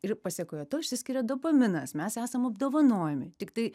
ir pasekoje to išsiskiria dopaminas mes esam apdovanojami tiktai